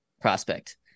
prospect